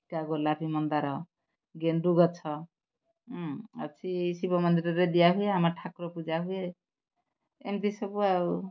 ଫିକା ଗୋଲାପୀ ମନ୍ଦାର ଗେଣ୍ଡୁ ଗଛ ଅଛି ଏଇ ଶିବ ମନ୍ଦିରରେ ଦିଆ ହୁଏ ଆମ ଠାକୁର ପୂଜା ହୁଏ ଏମିତି ସବୁ ଆଉ